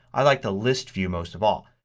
i like the list view most of all.